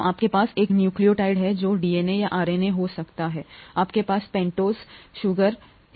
तो आपके पास एक न्यूक्लियोटाइड है जो डीएनए या आरएनए हो सकता है आपके पास पेन्टोस चीनी